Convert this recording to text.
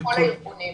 בכל הארגונים.